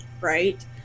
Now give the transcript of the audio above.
right